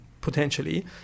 potentially